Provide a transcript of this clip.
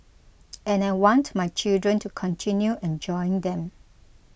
and I want my children to continue enjoying them